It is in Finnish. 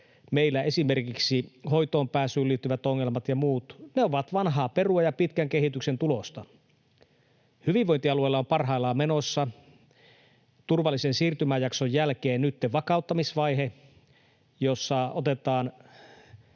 meillä esimerkiksi hoitoon pääsyyn liittyvät ongelmat ja muut, ovat vanhaa perua ja pitkän kehityksen tulosta. Hyvinvointialueilla on parhaillaan menossa turvallisen siirtymäjakson jälkeen nyt vakauttamisvaihe, jossa toiminnat